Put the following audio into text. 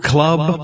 Club